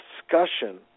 discussion